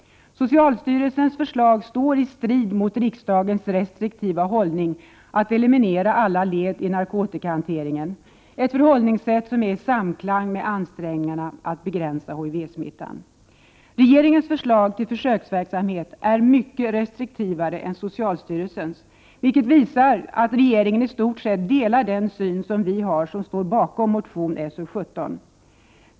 Socialstyrelsens förslag står i klar strid mot riksdagens restriktiva hållning att eliminera alla led i narkotikahanteringen, ett förhållningssätt som är i samklang med ansträngningarna att begränsa HIV-smittan. Regeringens förslag till försöksverksamhet är mycket restriktivare än socialstyrelsens, vilket visar att regeringen i stort sett delar den syn som vi har som står bakom motion §o17.